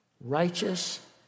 righteous